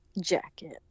jacket